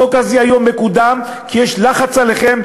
החוק הזה היום מקודם כי יש לחץ עליכם,